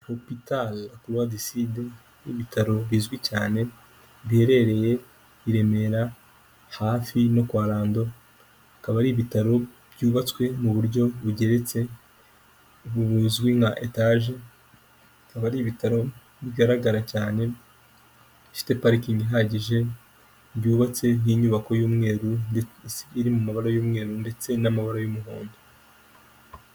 Hopital la croix du sud n'ibitaro bizwi cyane biherereye i Remera hafi no kwa Lando, akaba ari ibitaro byubatswe mu buryo bugeretse buzwi nka etaje. Bikaba ari ibitaro bigaragara cyane bifite parikingi ihagije, byubatse nk'inyubako y'umweru iri mu mabara y'umweru ndetse n'amabara y'umuhondo.